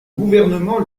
gouvernement